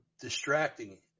distracting